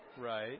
Right